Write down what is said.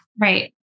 Right